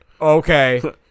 Okay